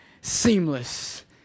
Seamless